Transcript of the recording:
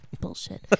Bullshit